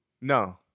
No